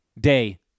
day